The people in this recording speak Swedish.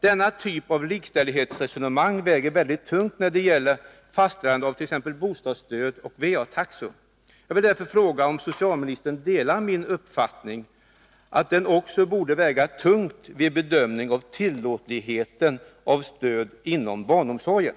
Denna typ av likställighetsresonemang väger mycket tungt när det gäller fastställande av t.ex. bostadsstöd och VA-taxor. Jag vill därför fråga om socialministern delar min uppfattning att den också borde väga tungt vid bedömningen av tillåtligheten av stöd inom barnomsorgen.